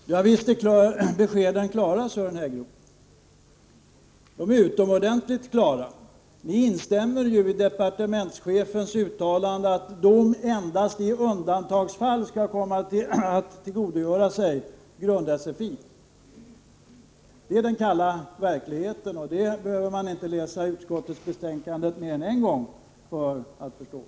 Herr talman! Visst är beskeden klara, Sören Häggroth. De är utomordentligt klara. Ni instämmer i departementschefens uttalande att de endast i undantagsfall skall kunna tillgodogöra sig grund-SFI. Det är den kalla verkligheten. Det behöver man inte läsa utskottets betänkande mer än en gång för att förstå.